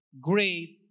great